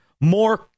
more